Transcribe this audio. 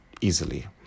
easily